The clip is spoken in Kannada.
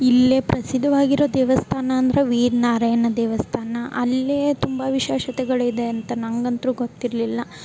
ಇಲ್ಲೇ ಪ್ರಸಿದ್ಧವಾಗಿರೋ ದೇವಸ್ಥಾನ ಅಂದ್ರ ವೀರ್ನಾರಾಯಣ ದೇವಸ್ಥಾನ ಅಲ್ಲೇ ತುಂಬ ವಿಶೇಷತೆಗಳಿದೆ ಅಂತ ನಂಗಂತ್ರು ಗೊತ್ತಿರಲಿಲ್ಲ